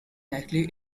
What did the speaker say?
likely